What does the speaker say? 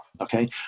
Okay